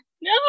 no